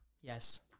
yes